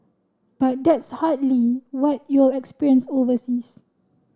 but that's hardly what you'll experience overseas